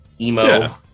emo